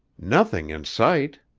nothing in sight.